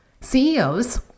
CEOs